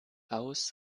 aus